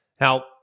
Now